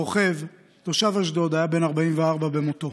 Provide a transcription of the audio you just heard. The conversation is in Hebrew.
הרוכב, תושב אשדוד, היה בן 44 במותו.